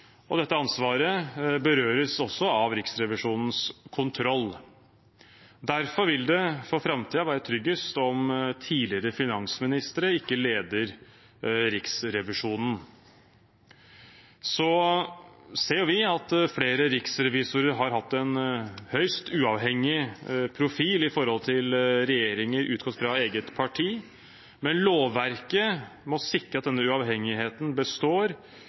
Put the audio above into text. Dette ansvaret berøres også av Riksrevisjonens kontroll, og derfor vil det for framtiden være tryggest om tidligere finansministre ikke leder Riksrevisjonen. Vi ser at flere riksrevisorer har hatt en høyst uavhengig profil i forholdet til regjeringer utgått fra eget parti, men lovverket må sikre at denne uavhengigheten består,